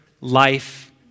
life